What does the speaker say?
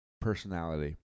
personality